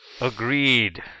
agreed